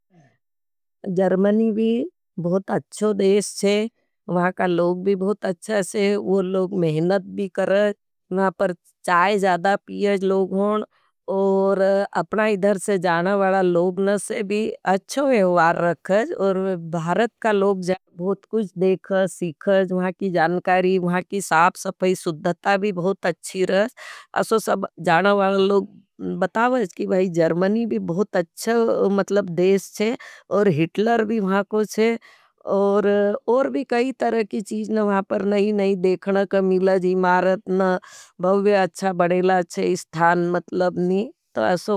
जर्मणी भी बहुत अच्छो देश है। वहाँ का लोग भी बहुत अच्छा है। वो लोग मेहनत भी करें। वहाँ पर चाय ज़्यादा पियें लोग होन। और अपना इधर से जाना वाड़ा लोगने से भी अच्छो वेवार रखें। और भारत का लोग जाकर बहुत कुछ देखत सिखाज। वहाँ की जानकारी वहाँ की साफ़ सफ़ाई शुद्धता भी बहुत आची रहेज। एसो सब जाना वाला लोग बतावज की भायी। जर्मणी भी बहुत अच्छा देश है। हिटलर भी वहाँ को है। और भी कई तरकी चीज़ न वहाँ पर नहीं नहीं देखना करें। मिलाजी मारतन भोवे अच्छा बड़ेला है। इस थान मतलब नहीं यो एसो।